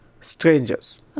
strangers